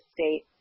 state